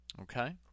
Okay